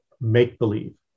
make-believe